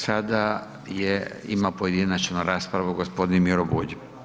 Sada je ima pojedinačnu raspravu gospodin Miro Bulj.